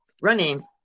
running